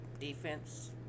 defense